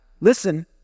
Listen